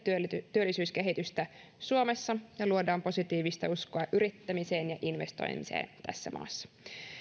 työllisyyskehitystä suomessa ja luodaan positiivista uskoa yrittämiseen ja investoimiseen tässä maassa